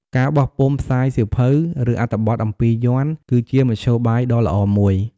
ការបោះពុម្ពផ្សាយសៀវភៅ ឬអត្ថបទអំពីយ័ន្ត គឺជាមធ្យោបាយដ៏ល្អមួយ។